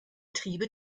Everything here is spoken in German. triebe